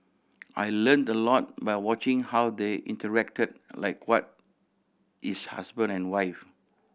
I learnt a lot by watching how they interacted like what is husband and wife